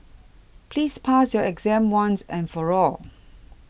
please pass your exam once and for all